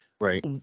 Right